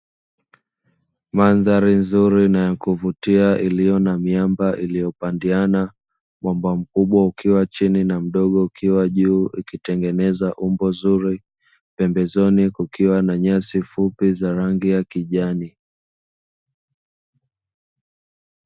Mandhari nzuri na ya kuvutia iliyo na miamba iliyopandiana. Mwamba mkubwa ukiwa chini na mdogo ukiwa juu ikitengeneza umbo zuri; pembezoni kukiwa na nyasi fupi za rangi ya kijani.